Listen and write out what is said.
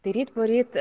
tai ryt poryt